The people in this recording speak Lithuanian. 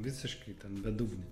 visiškai ten bedugnė